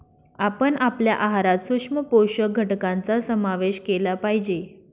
आपण आपल्या आहारात सूक्ष्म पोषक घटकांचा समावेश केला पाहिजे